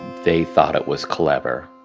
they thought it was clever